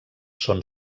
són